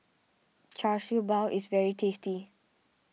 Char Siew Bao is very tasty